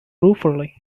ruefully